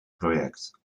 project